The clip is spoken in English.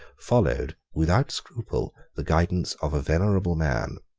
followed, without scruple, the guidance of a venerable man,